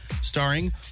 starring